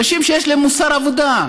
אנשים שיש להם מוסר עבודה.